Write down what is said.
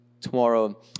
tomorrow